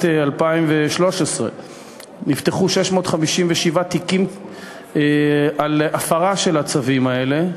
2013 נפתחו 657 תיקים על הפרה של הצווים האלה.